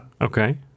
Okay